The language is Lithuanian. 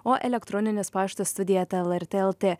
o elektroninis paštas studija eta lrt lt